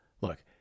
look